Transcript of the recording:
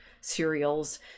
cereals